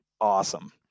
awesome